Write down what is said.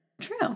True